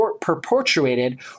perpetuated